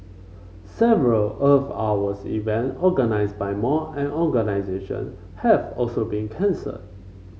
several Earth Hours event organised by mall and organisation have also been cancelled